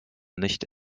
nicht